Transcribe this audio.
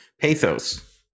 pathos